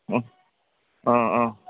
অ' অঁ অঁ